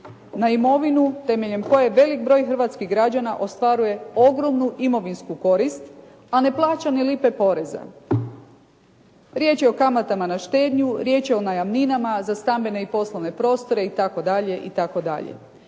na imovinu temeljem koje velik broj hrvatskih građana ostvaruje ogromnu imovinsku korist, a ne plaća ni lipe poreza. Riječ je o kamatama na štednju, riječ je o najamninama za stambene i poslovne prostore itd.,